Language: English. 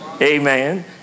amen